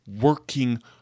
working